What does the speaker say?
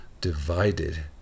divided